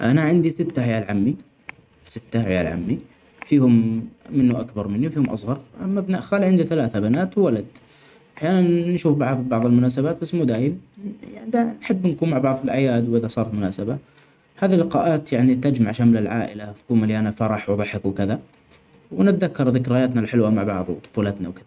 أنا عندي ستة عيال عمي -ستة عيال عمي فيهم منه اكبر مني وفيهم أصغر. أما أبناء خالي عندي ثلاثة بنات وولد ،أحيانا نشوف بعض ببعض المناسبات بس مو دايم ، يعني دا- أحب نكون مع بعض في الآعياد وإذا صار مناسبة .هذه اللقاءات يعني تجمع شمل العائلة تكون مليانة فرح وضحك وكذا ونتذكر ذكرياتنا الحلوة مع بعض وطفولتنا وكدة.